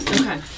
Okay